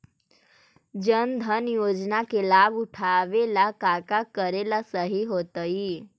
जन धन योजना के लाभ उठावे ला का का करेला सही होतइ?